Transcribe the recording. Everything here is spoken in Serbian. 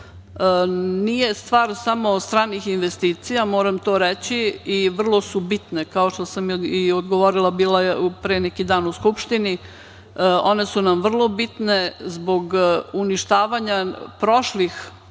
Nije stvar samo stranih investicija, moram to reći, i vrlo su bitne, kao što sam i odgovorila, bilo je pre neki dan u Skupštini. One su nam vrlo bitne zbog uništavanja prošlih